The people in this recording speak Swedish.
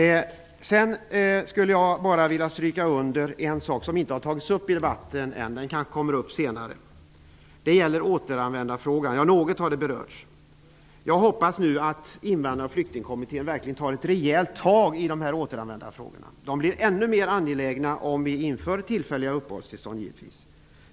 En sak som ännu inte berörts särskilt mycket i debatten är återanvändarfrågan. Men den frågan tas kanske upp här senare. Jag hoppas att Invandrar och flyktingkommittén verkligen rejält tar tag i frågorna om återanvändningen. De frågorna blir givetvis ännu mer angelägna om vi inför tillfälliga uppehållstillstånd.